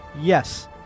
Yes